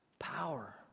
power